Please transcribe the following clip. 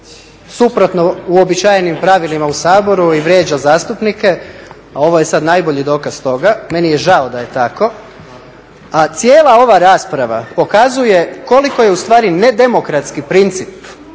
suprotno uobičajenim pravilima u Saboru i vrijeđa zastupnike. Ovo je sada najbolji dokaz toga, meni je žao da je tako. A cijela ova rasprava pokazuje koliko je ustvari nedemokratski princip